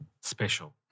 special